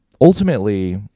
ultimately